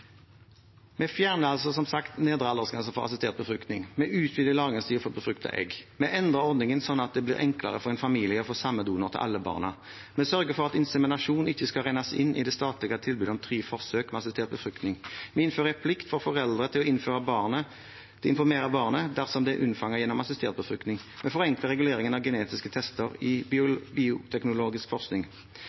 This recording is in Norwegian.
Vi fjerner, som sagt, nedre aldersgrense for assistert befruktning, vi utvider lagringstiden for befruktede egg, og vi endrer ordningen sånn at det blir enklere for en familie å få samme donor til alle barna. Vi sørger for at inseminasjon ikke skal regnes inn i det statlige tilbudet om tre forsøk med assistert befruktning. Vi innfører en plikt for foreldre til å informere barnet dersom det er unnfanget gjennom assistert befruktning. Vi forenkler reguleringen av genetiske tester i bioteknologisk forskning.